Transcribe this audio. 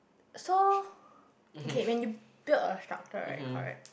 so okay when you build a structure right correct